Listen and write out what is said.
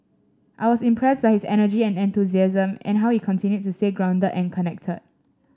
I was impressed by his energy and enthusiasm and how he continued to stay grounded and connected